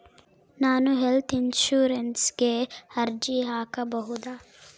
ನಾನು ಹೆಲ್ತ್ ಇನ್ಶೂರೆನ್ಸಿಗೆ ಅರ್ಜಿ ಹಾಕಬಹುದಾ?